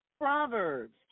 Proverbs